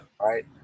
right